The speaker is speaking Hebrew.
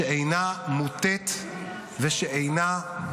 שאינה מוטית ושאינה,